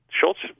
Schultz